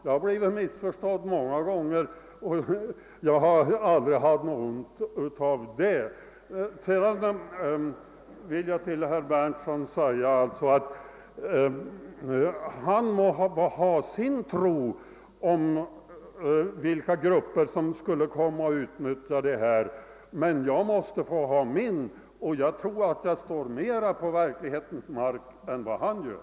Jag har blivit missförstådd många gånger, men jag har aldrig haft något ont av det. Sedan vill jag till herr Berndtsson säga, att han må ha sin tro om vilka grupper som skulle komma att utnyttja de här möjligheterna, men jag måste få ha min. Och jag tror jag att jag står mera på verklighetens mark än vad han gör.